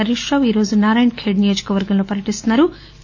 హరీష్ రావు ఈ రోజు నారాయణ ఖేడ్ నియోజకవర్గంలో పర్యటిస్తున్నా రు